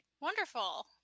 Wonderful